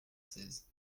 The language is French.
seize